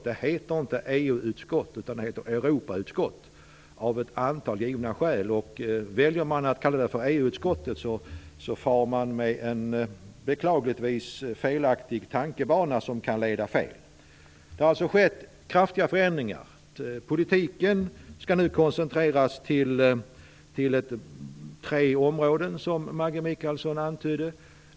Det heter inte EU-utskott, det heter Europautskott, och det gör det av ett antal givna skäl. Väljer man att kalla det för EU-utskottet, far man beklagligtvis i en tankebana som kan leda fel. Det har alltså skett kraftiga förändringar. Politiken skall nu, som Maggi Mikaelsson antydde, koncentreras till tre områden.